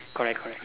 correct correct